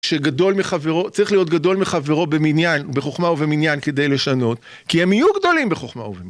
שגדול מחברו, צריך להיות גדול מחברו במניין, בחוכמה ובמניין כדי לשנות, כי הם יהיו גדולים בחוכמה וב...